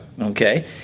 Okay